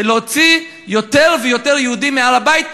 של להוציא יותר ויותר יהודים מהר-הבית,